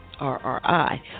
RRI